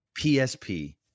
PSP